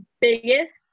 biggest